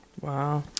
Wow